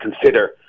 consider